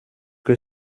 que